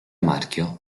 marchio